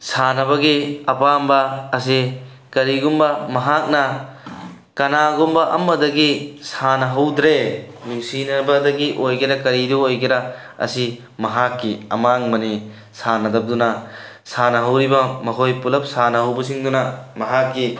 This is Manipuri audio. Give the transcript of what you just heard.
ꯁꯥꯟꯅꯕꯒꯤ ꯑꯄꯥꯝꯕ ꯑꯁꯤ ꯀꯔꯤꯒꯨꯝꯕ ꯃꯍꯥꯛꯅ ꯀꯅꯥꯒꯨꯝꯕ ꯑꯃꯗꯒꯤ ꯁꯥꯟꯅꯍꯧꯗ꯭ꯔꯦ ꯅꯨꯡꯁꯤꯅꯕꯗꯒꯤ ꯑꯣꯏꯒꯦꯔꯥ ꯀꯔꯤꯗ ꯑꯣꯏꯒꯦꯔꯥ ꯑꯁꯤ ꯃꯍꯥꯛꯀꯤ ꯑꯃꯥꯡꯕꯅꯤ ꯁꯥꯟꯅꯗꯕꯗꯨꯅ ꯁꯥꯟꯅꯍꯧꯔꯤꯕ ꯃꯈꯣꯏ ꯄꯨꯂꯞ ꯁꯥꯟꯅꯍꯧꯕꯁꯤꯡꯗꯨꯅ ꯃꯍꯥꯛꯀꯤ